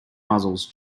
muzzles